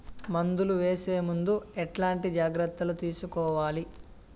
మందులు వేసే ముందు ఎట్లాంటి జాగ్రత్తలు తీసుకోవాలి?